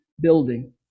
building